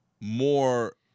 more